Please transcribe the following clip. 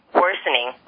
worsening